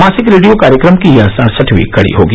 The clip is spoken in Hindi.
मासिक रेडियो कार्यक्रम की यह सड़सठवीं कड़ी होगी